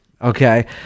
Okay